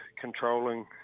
controlling